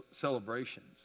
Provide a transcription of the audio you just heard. celebrations